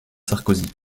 sarkozy